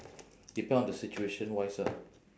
depend on the situation-wise ah